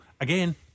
again